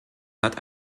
hat